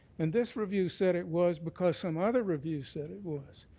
and this review said it was because some other reviews said it was.